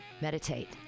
Meditate